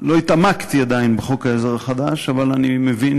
לא התעמקתי עדיין בחוק-העזר החדש, אבל אני מבין